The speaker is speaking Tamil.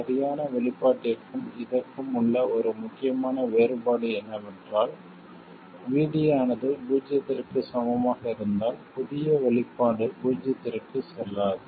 சரியான வெளிப்பாட்டிற்கும் இதற்கும் உள்ள ஒரு முக்கியமான வேறுபாடு என்னவென்றால் VD ஆனது பூஜ்ஜியத்திற்குச் சமமாக இருந்தால் புதிய வெளிப்பாடு பூஜ்ஜியத்திற்குச் செல்லாது